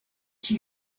she